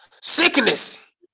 Sickness